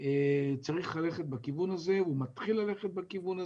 צריך ללכת בכיוון הזה, הוא מתחיל ללכת בכיוון הזה,